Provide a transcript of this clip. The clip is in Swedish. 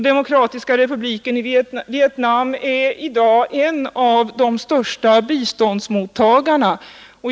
Demokratiska republiken Vietnam i dag är en av de största biståndsmottagarna.